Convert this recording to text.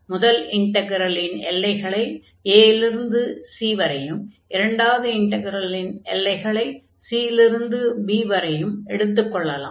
முதல் இன்டக்ரலின் எல்லைகளை a இல் இருந்து c வரையும் இரண்டாவது இன்டக்ரலின் எல்லைகளை c இல் இருந்து b வரையும் எடுத்துக் கொள்ளலாம்